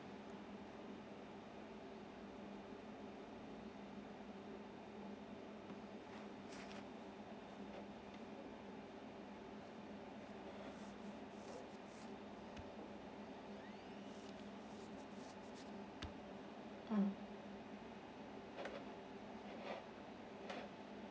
mm